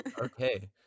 Okay